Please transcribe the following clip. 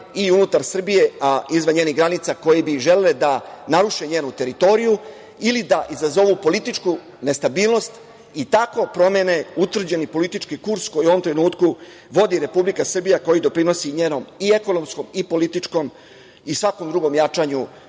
i unutar Srbije, a izvan njenih granica koje bi želele da naruše njenu teritoriju ili da izazovu političku nestabilnost i tako promene utvrđeni politički kurs koji u ovom trenutku vodi Republika Srbija koji doprinosi njenom i ekonomskom i političkom i svakom drugom jačanju